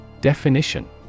Definition